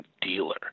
dealer